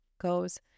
goes